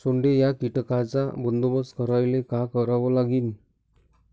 सोंडे या कीटकांचा बंदोबस्त करायले का करावं लागीन?